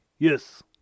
Yes